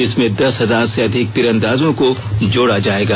इसमें दस हजार से अधिक तीरंदाजों को जोडा जायेगा